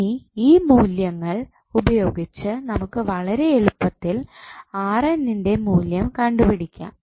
ഇനി ഈ മൂല്യങ്ങൾ ഉപയോഗിച്ച് നമുക്ക് വളരെ എളുപ്പത്തിൽ ൻ്റെ മൂല്യം കണ്ടുപിടിക്കാം